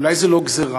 אולי זו לא גזירה?